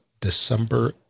December